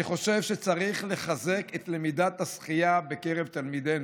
אני חושב שצריך לחזק את למידת השחייה בקרב תלמידינו: